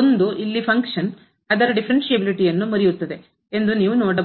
1 ಇಲ್ಲಿ ಫಂಕ್ಷನ್ ಕಾರ್ಯವು ಅದರ ಡಿಫರೆನ್ಸ್ಎಬಿಲಿಟಿ ಯನ್ನು ಮುರಿಯುತ್ತದೆ ಎಂದು ನೀವು ನೋಡಬಹುದು